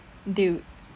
they would